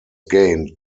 gained